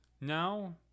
Now